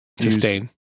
Sustain